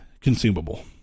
consumable